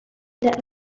that